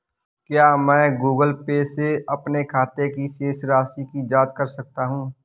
क्या मैं Google Pay से अपने खाते की शेष राशि की जाँच कर सकता हूँ?